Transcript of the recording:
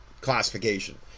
classification